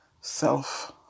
Self